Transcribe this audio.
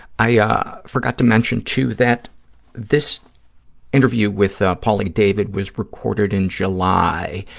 i ah forgot to mention, too, that this interview with ah pauly david was recorded in july.